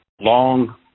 long